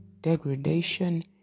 Degradation